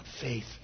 faith